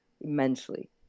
immensely